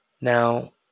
Now